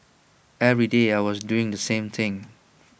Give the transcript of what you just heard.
every day I was doing the same thing